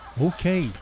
Okay